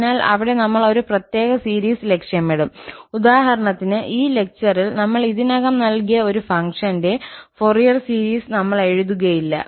അതിനാൽ അവിടെ നമ്മൾ ഒരു പ്രത്യേക സീരീസ് ലക്ഷ്യമിടും ഉദാഹരണത്തിന് ഈ ലെക്ചറിൽ നമ്മൾ ഇതിനകം നൽകിയ ഒരു ഫംഗ്ഷന്റെ ഫോറിയർ സീരീസ് നമ്മൾ എഴുതുകയില്ല